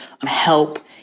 help